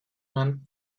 man